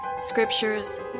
scriptures